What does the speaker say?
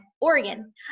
Oregon